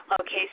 Okay